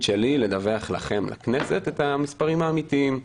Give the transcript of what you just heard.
שלי היא לדווח לכם את המספרים האמיתיים.